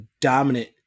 dominant